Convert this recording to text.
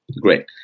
Great